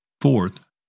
Fourth